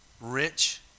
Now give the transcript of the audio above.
rich